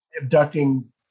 abducting